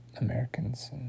americans